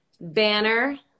banner